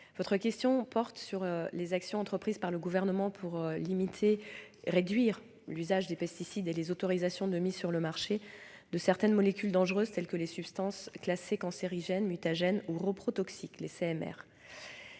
Votre question porte sur les actions entreprises par le Gouvernement pour réduire l'usage des pesticides et les autorisations de mise sur le marché de certaines molécules dangereuses, telles que les substances classées cancérigènes, mutagènes ou reprotoxiques, les CMR.